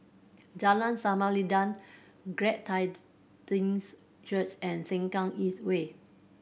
Jalan Samarinda Glad Church and Sengkang East Way